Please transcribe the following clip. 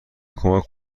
کمک